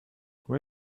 where